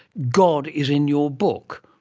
god is in your book.